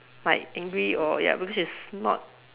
like angry or ya because she's not